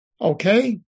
Okay